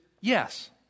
yes